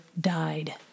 died